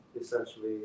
essentially